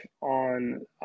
on